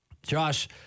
Josh